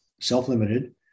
self-limited